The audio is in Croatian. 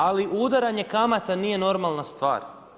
Ali udaranje kamata nije normalna stvar.